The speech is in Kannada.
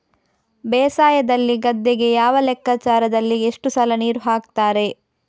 ಬೇಸಾಯದಲ್ಲಿ ಗದ್ದೆಗೆ ಯಾವ ಲೆಕ್ಕಾಚಾರದಲ್ಲಿ ಎಷ್ಟು ಸಲ ನೀರು ಹಾಕ್ತರೆ?